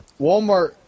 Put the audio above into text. Walmart